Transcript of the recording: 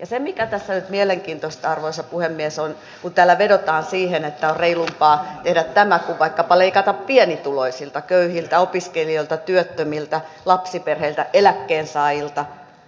ja se mikä tässä nyt on mielenkiintoista arvoisa puhemies on se että kun täällä vedotaan siihen että on reilumpaa tehdä tämä kuin vaikkapa leikata pienituloisilta köyhiltä opiskelijoilta työttömiltä lapsiperheiltä eläkkeensaajilta